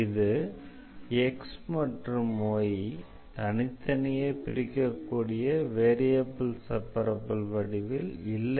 இது x மற்றும் y தனித்தனியாக பிரிக்ககூடிய வேரியபிள் செப்பரப்பிள் வடிவில் இல்லை